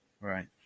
right